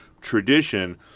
tradition